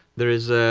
there is,